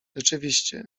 rzeczywiście